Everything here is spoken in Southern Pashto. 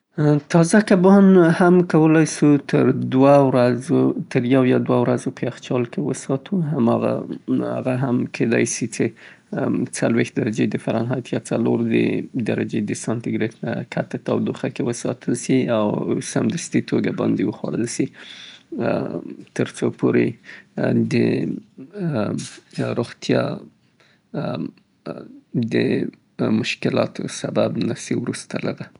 ماهیان یا کبان باید یوه ورځ کې مصرف سي او که چیرې یخچال کې کیښودل کیږي نو څلویښت درجې د سانتي ګیرید ، نه کته هوا کې یا ټیټه هوا کې او یا هم څلور درجې د سانتي ګیرید نه ټیټه هوا کې وساتل سي، څه بیا کولای سي له دریو نه تر څلورو ورځو دوام وکي. همیشه باید د مصرف نه مخکې وکتل سي څې خراب نه وي.